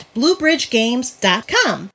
BlueBridgeGames.com